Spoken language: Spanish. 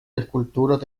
esculturas